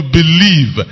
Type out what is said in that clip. believe